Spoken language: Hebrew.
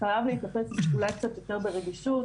חייבת להתעסק אולי קצת יותר ברגישות,